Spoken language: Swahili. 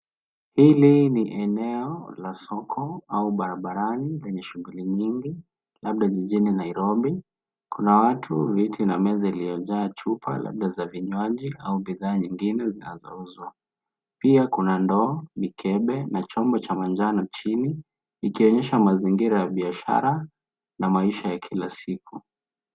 Hili ni eneo la soko au barabarani lenye shughuli nyingi, labda jijini nairobi. Kuna watu, miti na meza iliyojaa chupa, labda za vinywaji au bidhaa nyingine zinazouzwa. Pia kuna ndoo, mikebe na chumba cha manjano chini ,ikionyesha mazingira ya biashara na maisha ya kila siku.